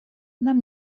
нам